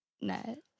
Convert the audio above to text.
net